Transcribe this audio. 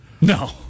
No